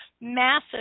massive